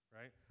right